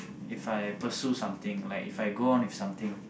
If I pursue something like If I go on with something